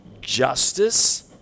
justice